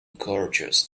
gorgeous